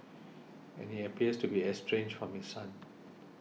and he appears to be estranged from his son